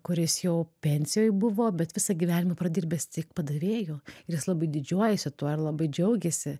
kuris jau pensijoj buvo bet visą gyvenimą pradirbęs tik padavėju ir jis labai didžiuojasi tuo ir labai džiaugiasi